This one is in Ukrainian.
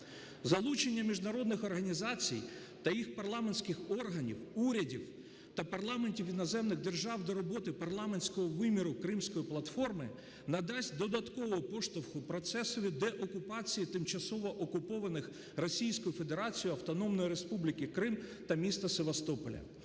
Залучення міжнародних організацій та їх парламентських органів, урядів та парламентів іноземних держав до роботи парламентського виміру Кримської платформи надасть додаткового поштовху в процесі деокупації тимчасово окупованих Російською Федерацією Автономної Республіки Крим та міста Севастополя.